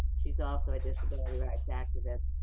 she's also a disability rights activist.